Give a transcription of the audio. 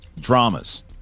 Dramas